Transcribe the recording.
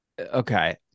Okay